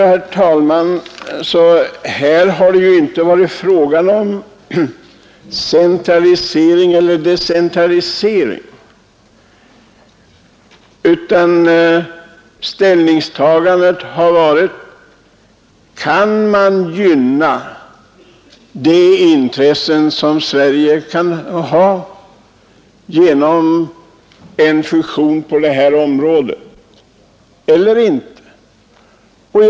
Här har det, herr talman, inte varit fråga om centralisering eller decentralisering utan ställningstagandet har varit: kan man genom en fusion på detta område gynna de intressen som Sverige kan ha eller kan man det inte?